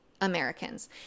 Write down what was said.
Americans